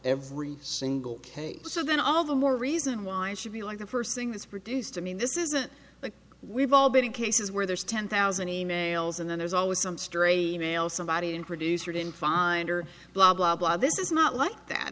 every single case so then all the more reason why it should be like the first thing that's produced i mean this isn't like we've all been cases where there's ten thousand emails and then there's always some stray nails somebody introducer didn't find or blah blah blah this is not like that